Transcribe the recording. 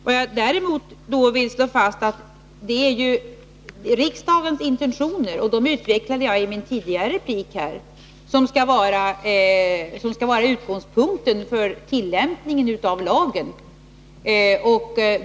Vad jag däremot vill slå fast är att det ju är riksdagens intentioner — jag utvecklade dem i en tidigare replik — som skall vara utgångspunkten när det gäller tillämpningen av lagen.